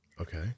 Okay